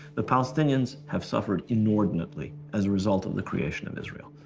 the palestinians have suffered inordinately as a result of the creation of israel.